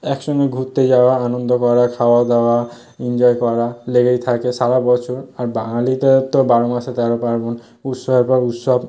একসঙ্গে ঘুরতে যাওয়া আনন্দ করা খাওয়া দাওয়া এনজয় করা লেগেই থাকে সারা বছর আর বাঙালিদের তো বারো মাসে তেরো পার্বণ উৎসবের পর উৎসব